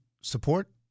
support